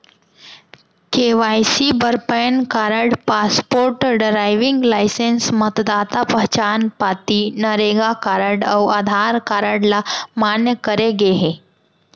KYC बर PAN card, passport, driving licence, मतदाता पहचान पाती, नरेगा कारड अउ आधार कारड ल मान्य करे गे हे